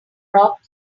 rock